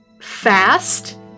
fast